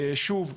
שוב,